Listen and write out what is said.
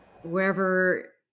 wherever